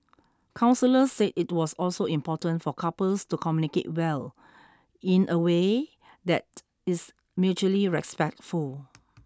counsellors said it was also important for couples to communicate well in away that is mutually respectful